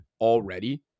already